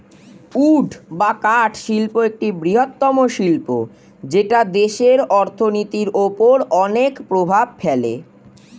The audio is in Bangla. উড বা কাঠ শিল্প একটি বৃহত্তম শিল্প যেটা দেশের অর্থনীতির ওপর অনেক প্রভাব ফেলে